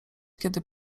kiedy